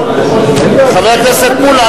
חבר הכנסת מולה,